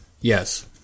Yes